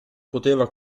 poteva